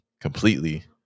completely